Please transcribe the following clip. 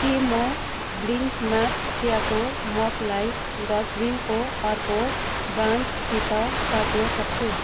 के म ब्लिङ्कम्याक्स चियाको मगलाई डस्टबिनको अर्को ब्रान्डसित साट्न सक्छु